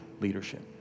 leadership